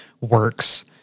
works